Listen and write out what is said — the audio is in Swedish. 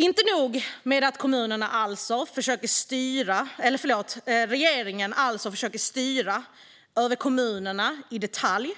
Inte nog med att regeringen alltså försöker styra över kommunerna i detalj, vill